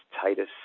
Titus